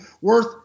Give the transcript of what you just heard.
worth